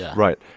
yeah right.